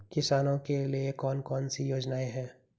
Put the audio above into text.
किसानों के लिए कौन कौन सी योजनाएं हैं?